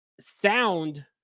sound